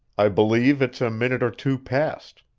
i believe it's a minute or two past.